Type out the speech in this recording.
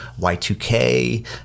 y2k